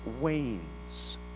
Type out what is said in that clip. wanes